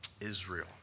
Israel